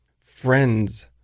Friends